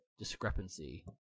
discrepancy